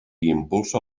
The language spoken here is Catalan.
impulsa